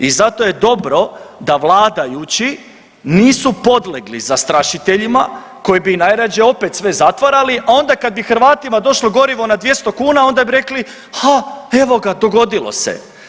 I zato je dobro da vladajući nisu podlegli zastrašiteljima koji bi najrađe opet sve zatvarali, a onda kad bi Hrvatima došlo gorivo na 200 kuna onda bi rekli, ha evo ga dogodilo se.